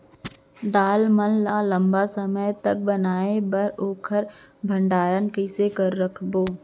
दाल मन ल लम्बा समय तक बनाये बर ओखर भण्डारण कइसे रखबो?